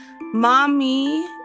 mommy